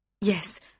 Yes